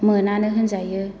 मोनानो होनजायो